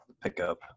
pickup